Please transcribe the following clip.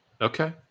Okay